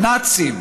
"נאציים,